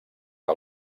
que